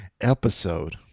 episode